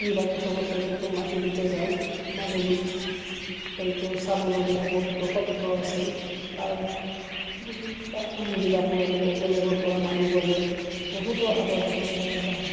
এইবাৰ প্ৰথমতে হয়তো মাজুলীতে যাওঁ মাজুলীত হয়তো চাবলগীয়া বহুতো সত্ৰ আছে তাৰ তাৰ মানুহবিলাকে বোলে বেলেগৰপৰা মানুহ গ'লে বহুতো আদৰ সাদৰ কৰে বা